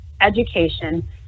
education